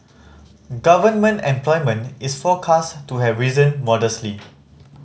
government employment is forecast to have risen modestly